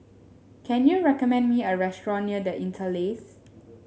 can you recommend me a restaurant near The Interlace